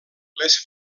les